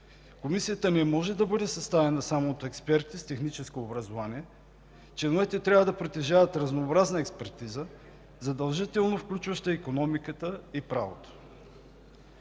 Комисията не може да бъде съставена само от експерти с техническо образование, членовете трябва да притежават разнообразна експертиза, задължително включваща икономиката и правото.